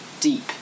deep